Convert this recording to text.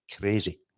crazy